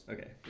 Okay